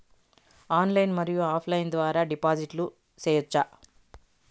Online మరియు offline ద్వారా డిపాజిట్లు సేయొచ్చా?